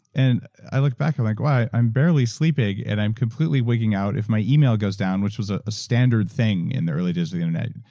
and i look back, i'm like wow, i'm barely sleeping and i'm completely wigging out if my email goes down, which was a standard thing in the early days of the internet.